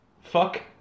Fuck